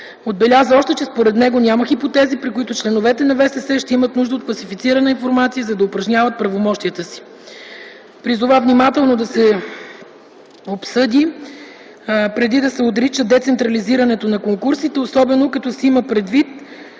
Отбеляза още, че според него няма хипотези, при които членовете на ВСС ще имат нужда от класифицирана информация, за да упражняват правомощията си. Призова внимателно да се обсъди, преди да се отрича децентрализирането на конкурсите, особено като се има предвид